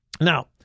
Now